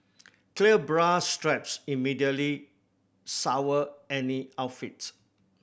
clear bra straps immediately sour any outfits